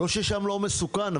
לא ששם לא מסוכן,